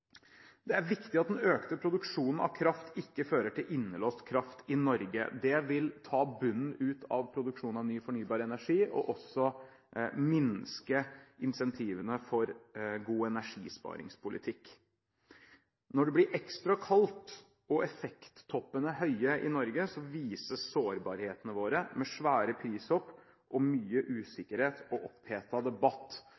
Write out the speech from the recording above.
Det er viktig at den økte produksjonen av kraft ikke fører til innelåst kraft i Norge. Det vil ta bunnen ut av produksjonen av ny, fornybar energi og også minske incentivene for god energisparingspolitikk. Når det blir ekstra kaldt og effekttoppene blir høye i Norge, vises sårbarhetene våre, med svære prishopp og mye